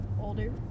older